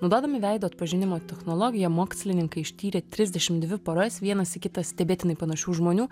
naudodami veido atpažinimo technologiją mokslininkai ištyrė trisdešim dvi poras vienas į kitą stebėtinai panašių žmonių